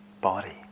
body